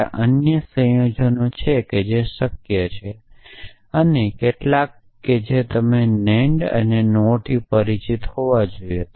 ત્યાં અન્ય સંયોજનો છે જે શક્ય છે અને કેટલાક કે જે તમે NAND અને NOR થી પરિચિત હોવા જોઈએ